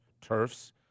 turfs